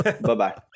Bye-bye